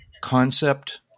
concept